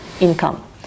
income